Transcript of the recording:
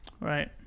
right